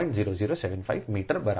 0075 metre બરાબર છે આ આ વસ્તુ છે